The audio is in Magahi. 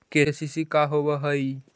के.सी.सी का होव हइ?